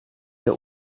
der